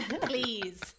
Please